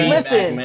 Listen